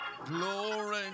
Glory